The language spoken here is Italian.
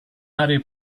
aree